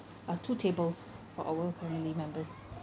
uh two tables for our family members